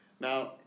Now